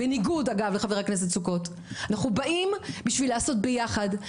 בניגוד לחבר הכנסת סוכות אנחנו באים בשביל לעשות ביחד,